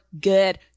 good